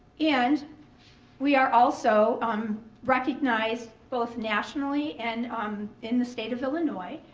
and we are also um recognized both nationally and um in the state of illinois.